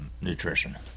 nutrition